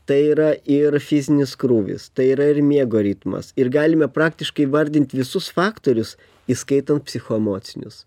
tai yra ir fizinis krūvis tai yra ir miego ritmas ir galime praktiškai vardint visus faktorius įskaitant psichoemocinius